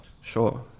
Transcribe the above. Sure